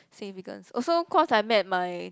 significance also cause I met my